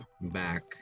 back